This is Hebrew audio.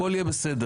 הכול יהיה בסדר.